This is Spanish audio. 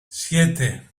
siete